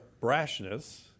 brashness